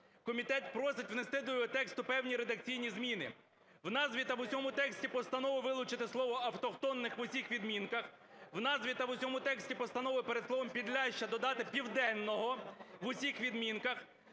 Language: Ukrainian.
Комітет просить внести до тексту певні редакційні зміни. В назві та в усьому тексті постанови вилучити слово "автохтонних" в усіх відмінках, у назві та в усьому тексті постанови перед словом "Підляшшя" додати "Південного" в усіх відмінках,